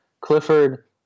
Clifford